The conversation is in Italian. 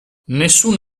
nessun